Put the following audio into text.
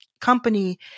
company